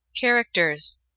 Characters